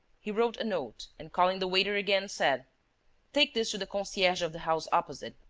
he wrote a note and, calling the waiter again, said take this to the concierge of the house opposite.